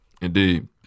Indeed